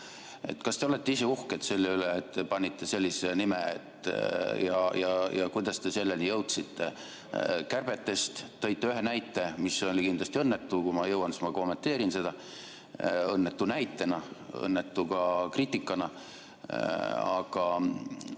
Kas te olete ise uhked selle üle, et te panite sellise pealkirja? Kuidas te selleni jõudsite? Kärbete kohta tõite ühe näite, mis oli kindlasti õnnetu – kui ma jõuan, siis ma kommenteerin seda –, õnnetu näitena, õnnetu ka kriitikana. Aga